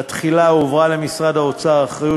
תחילה הועברה למשרד האוצר האחריות